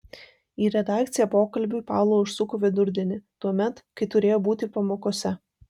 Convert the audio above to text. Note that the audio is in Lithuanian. į redakciją pokalbiui paula užsuko vidurdienį tuomet kai turėjo būti pamokose